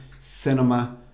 cinema